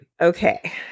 Okay